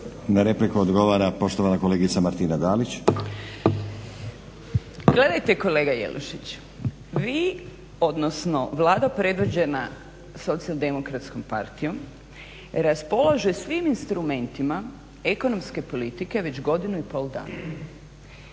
Na repliku odgovara poštovana kolegica Martina Dalić. **Dalić, Martina (HDZ)** Gledajte kolega Jelušić, vi odnosno Vlada predvođena Socijaldemokratskom partijom raspolaže svim instrumentima ekonomske politike već godinu i pol dana.